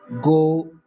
go